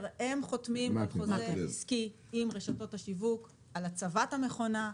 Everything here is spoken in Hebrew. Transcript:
הם חותמים על חוזה עסקי עם רשתות השיווק על הצבת המכונה,